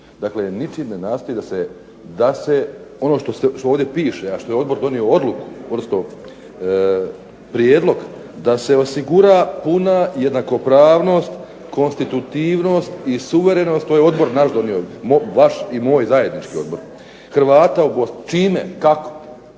dakle ničim ne nastoji da se ovo što ovdje piše a što je odbor donio odluku odnosno prijedlog, da se osigura jednakopravnost, konstitutivnost i suverenost, to je odbor naš i vaš donio, zajednički odbor, HRvata u Bosni. Čime? Kako?